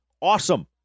awesome